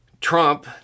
Trump